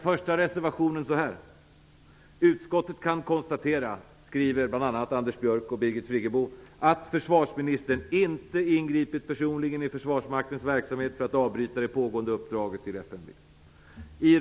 Friggebo inleds så här: "Utskottet kan konstatera att försvarsministern inte ingripit personligen i Försvarsmaktens verksamhet för att avbryta det pågående uppdraget till FMV."